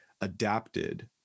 adapted